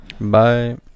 Bye